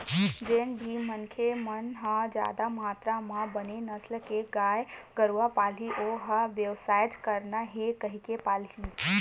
जेन भी मनखे मन ह जादा मातरा म बने नसल के गाय गरु पालही ओ ह बेवसायच करना हे कहिके पालही